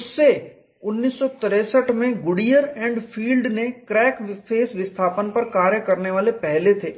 उससे 1963 में Goodier and field crack face विस्थापन पर कार्य करने वाले पहले थे